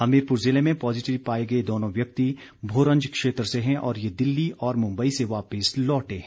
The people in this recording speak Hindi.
हमीरपुर जिले में पॉजिटिव पाए गए दोनों व्यक्ति भोरंज क्षेत्र से हैं और ये दिल्ली और मुंबई से वापिस लौटे हैं